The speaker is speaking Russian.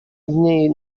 дней